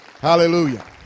Hallelujah